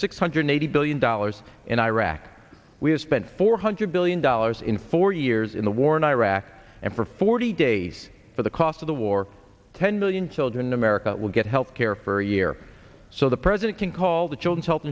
six hundred eighty billion dollars in iraq we have spent four hundred billion dollars in four years in the war in iraq and for forty days for the cost of the war ten million children in america will get health care for a year so the president can call the children's health